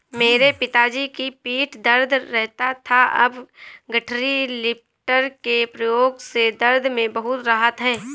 मेरे पिताजी की पीठ दर्द रहता था अब गठरी लिफ्टर के प्रयोग से दर्द में बहुत राहत हैं